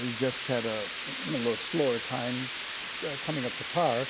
he just had a little slower time coming up to par